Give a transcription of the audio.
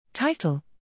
Title